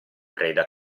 preda